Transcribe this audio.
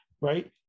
Right